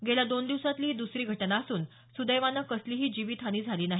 गेल्या दोन दिवसातली ही दुसरी घटना असून सुदैवाने कसलीही जीवित हानी झाली नाही